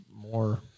more